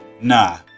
Nah